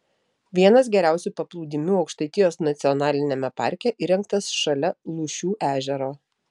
vienas geriausių paplūdimių aukštaitijos nacionaliniame parke įrengtas šalia lūšių ežero